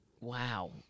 Wow